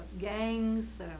gangs